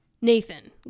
Nathan